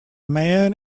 man